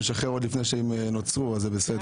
משחרר עוד לפני שהם נוצרו אז זה בסדר.